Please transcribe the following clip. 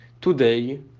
Today